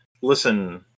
listen